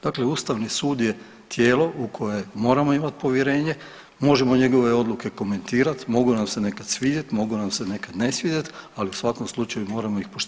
Dakle ustavni sud je tijelo u koje moramo imat povjerenje, možemo njegove odluke komentirat, mogu nam se nekad svidjet, mogu nam se nekad ne svidjet, ali u svakom slučaju moramo ih poštivat.